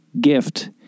gift